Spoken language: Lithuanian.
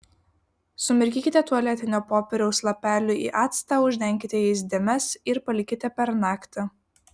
sumirkykite tualetinio popieriaus lapelių į actą uždenkite jais dėmes ir palikite per naktį